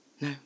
No